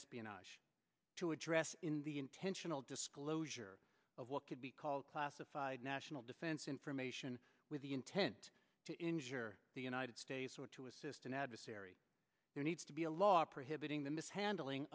espionage to address in the intentional disclosure of what could be called classified national defense information with the intent to injure the united states or to assist an adversary who needs to be a law prohibiting the mishandling